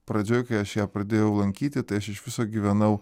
pradžioj kai aš ją pradėjau lankyti tai aš iš viso gyvenau